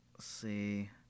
See